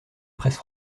presse